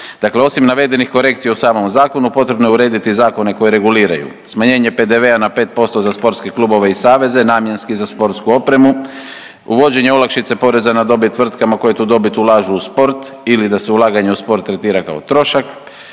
Dakle, osim navedenih korekcija u samom zakonu potrebno je urediti zakone koji reguliraju smanjenje PDV-a na 5% za sportske klubove i saveze namjenski za sportsku opremu, uvođenje olakšice poreza na dobit tvrtkama koje tu dobit ulažu u sport ili da se ulaganje u sport tretira kao trošak,